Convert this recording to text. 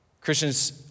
Christians